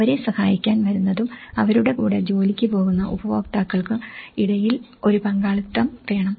അവരെ സഹായിക്കാൻ വരുന്നതും അവരുടെ കൂടെ ജോലിക്ക് പോകുന്ന ഗുണഭോക്താക്കൾക്കും ഇടയിലും ഈ പങ്കാളിത്തം വേണം